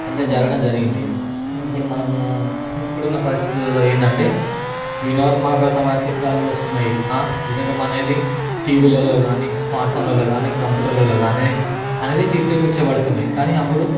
ఇట్లా జరగడం జరిగింది ఇప్పుడు మనము ఇపుడు ఉన్న పరిస్థితుల్లో ఏంటంటే వినోదాత్మకమైన చిత్రాలు వస్తున్నాయి వినోదం అనేది టీవీలల్లో కానీ స్మార్ట్ ఫోన్లలో కానీ కంప్యూటర్లో కానీ అనేవి చిత్రీకరించబడుతుంది కానీ అప్పుడు